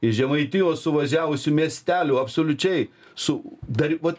iš žemaitijos suvažiavusių miestelių absoliučiai su dar vat